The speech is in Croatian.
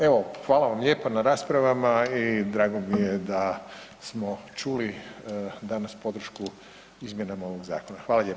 Evo, hvala vam lijepa na raspravama i drago mi je da smo čuli danas podršku izmjenama ovog Zakona.